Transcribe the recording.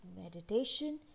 meditation